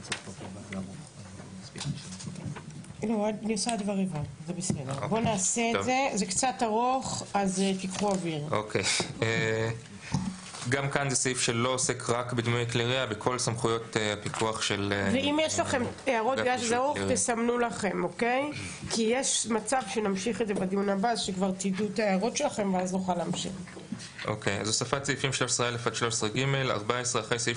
הוספת סעיפים 13א עד 13ג 14. אחרי סעיף